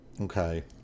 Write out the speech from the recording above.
Okay